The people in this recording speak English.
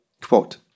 Quote